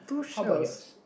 how about yours